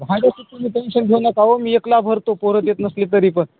भाड्याचं तुम्ही टेंशन घेऊ नका अहो मी एकटा भरतो पोरं तर येत नसली तरी पण